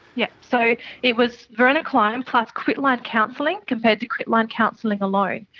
yeah so it was varenicline and plus quitline counselling, compared to quitline counselling alone.